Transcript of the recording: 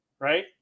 right